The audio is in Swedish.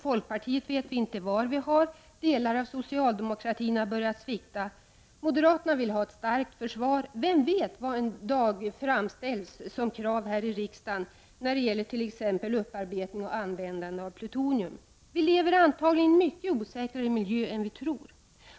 Folkpartiet vet vi inte var vi har. Delar av socialdemokratin har börjat vackla. Moderaterna vill ha ett starkt försvar. Vem vet vilka krav som en vacker dag kommer att framställas här i riksdagen t.ex. när det gäller upparbetande och användande av plutonium. Vi lever antagligen i en mycket osäkrare miljö än vi tror.